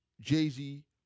Jay-Z